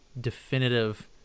definitive